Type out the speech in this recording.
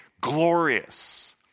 glorious